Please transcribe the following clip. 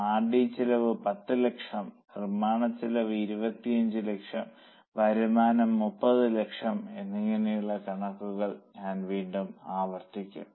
R D R D ചെലവ് 10 ലക്ഷം നിർമ്മാണച്ചെലവ് 25 ലക്ഷം വരുമാനം 30 ലക്ഷം എന്നിങ്ങനെയുള്ള കണക്കുകൾ ഞാൻ വീണ്ടും ആവർത്തിക്കും